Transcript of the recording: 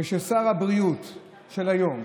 כששר הבריאות של היום